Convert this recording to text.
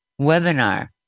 webinar